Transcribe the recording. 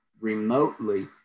remotely